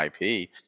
IP